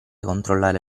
controllare